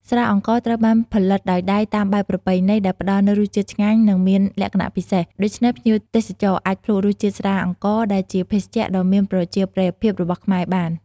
ស្រាអង្ករត្រូវបានផលិតដោយដៃតាមបែបប្រពៃណី ដែលផ្តល់នូវរសជាតិឆ្ងាញ់ និងមានលក្ខណៈពិសេស ដូច្នេះភ្ញៀវទេសចរអាចភ្លក់រសជាតិស្រាអង្ករ ដែលជាភេសជ្ជៈដ៏មានប្រជាប្រិយភាពរបស់ខ្មែរបាន។